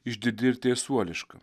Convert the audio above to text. išdidi ir teisuoliška